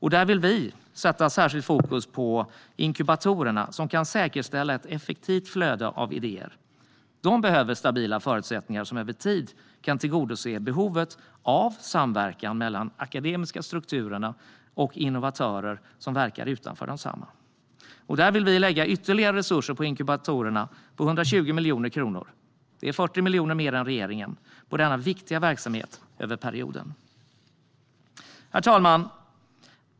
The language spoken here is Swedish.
Här vill vi sätta särskilt fokus på inkubatorerna, som kan säkerställa ett effektivt flöde av idéer. De behöver stabila förutsättningar som över tid kan tillgodose behovet av samverkan mellan akademiska strukturer och innovatörer som verkar utanför desamma. Vi vill lägga ytterligare resurser på inkubatorerna, 120 miljoner kronor. Det är 40 miljoner mer än regeringen på denna viktiga verksamhet över perioden. Herr talman!